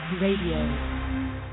Radio